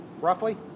Roughly